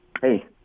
hey